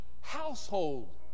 household